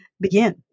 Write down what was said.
begin